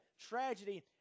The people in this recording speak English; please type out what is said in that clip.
tragedy